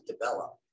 develop